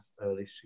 early